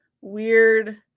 Weird